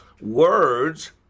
words